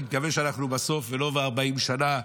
אני מקווה שאנחנו בסוף ולא ב-40 שנה,